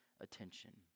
attention